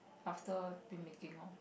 after pin making lor